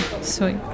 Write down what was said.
Sweet